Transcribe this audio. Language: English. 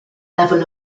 level